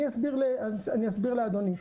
אסביר לאדוני,